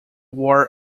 war